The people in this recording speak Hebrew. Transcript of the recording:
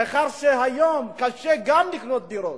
מאחר שהיום קשה גם לקנות דירות,